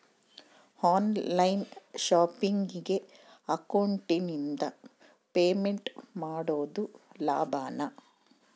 On line ಶಾಪಿಂಗಿಗೆ ಅಕೌಂಟಿಂದ payment ಮಾಡೋದು ಲಾಭಾನ?